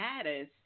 status